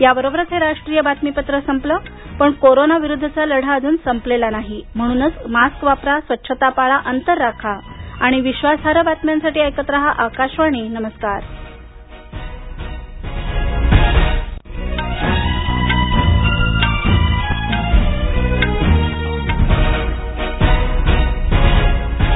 याबरोबरच हे राष्ट्रीय बातमीपत्र संपलं पण कोरोना विरुद्धचा लढा अजून संपलेला नाही म्हणूनच मास्क वापरा स्वच्छता पाळा अंतर राखा आणि विश्वासार्ह बातम्यांसाठी ऐकत रहा आकाशवाणी नमरुकार